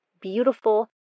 beautiful